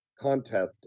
contest